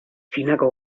txinako